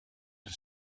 the